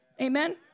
Amen